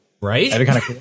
right